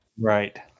Right